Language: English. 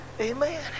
Amen